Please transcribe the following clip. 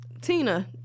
Tina